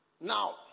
Now